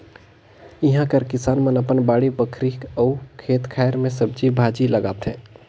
इहां कर किसान मन अपन बाड़ी बखरी अउ खेत खाएर में सब्जी भाजी लगाथें